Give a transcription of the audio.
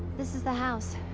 this is the house.